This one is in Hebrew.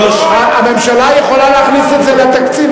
הממשלה יכולה להכניס את זה לתקציב,